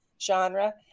genre